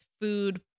food